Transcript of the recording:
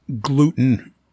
Gluten